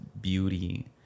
beauty